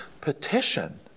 petition